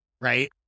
Right